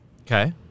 Okay